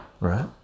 right